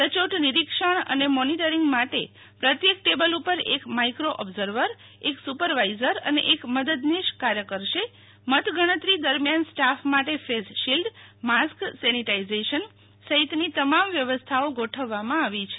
સચોટ નિરિક્ષણ અને મોનિટરિંગ માટે પ્રત્યેક ટેબલ ઉપર એક માઇક્રી ઓબ્ઝર્વર એક સુ પરવાઇઝર અને એક મદદનીશ કાર્ય કરશે મતગણતરી દરમિયાન સ્ટાફ માટે ફેસ શિલ્ડમાસ્ક સેનિટાઇઝેશન સહિતની તમામ વ્યવસ્થાઓ ગોઠવવામાં આવી છે